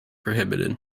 prohibited